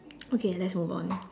okay let's move on